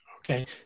Okay